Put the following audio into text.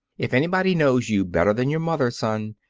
if anybody knows you better than your mother, son,